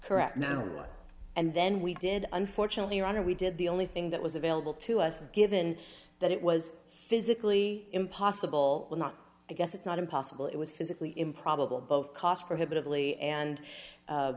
correct now and then we did unfortunately your honor we did the only thing that was available to us and given that it was physically impossible we're not i guess it's not impossible it was physically improbable both cost prohibitively and